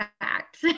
fact